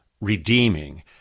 redeeming